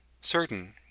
certain